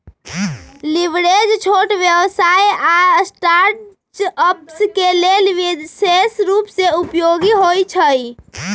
leverage छोट व्यवसाय आऽ स्टार्टअप्स के लेल विशेष रूप से उपयोगी होइ छइ